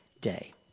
day